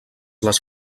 les